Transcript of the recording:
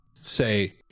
say